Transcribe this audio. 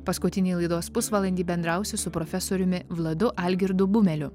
paskutinįjį laidos pusvalandį bendrausiu su profesoriumi vladu algirdu bumeliu